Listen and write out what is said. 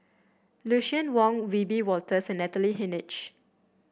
Lucien Wang Wiebe Wolters and Natalie Hennedige